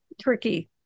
tricky